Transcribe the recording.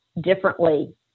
differently